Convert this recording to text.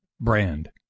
Brand